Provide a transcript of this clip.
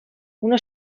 una